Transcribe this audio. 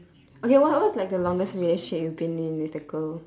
okay what what's like the longest relationship you've been in with a girl